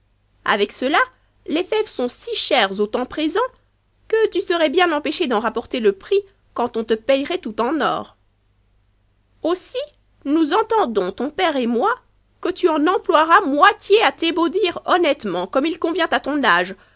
avec cela les fèves sont si chères au temps présent que tu serais bien empêché d'en rapporter le prix quand on te payerait tout en or aussi nous entendons ton père et moi que tu en emploieras moitié a t'ébaudir honnêtement comme il convient à ton âge